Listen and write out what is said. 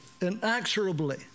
inexorably